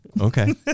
okay